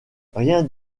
rien